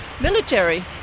military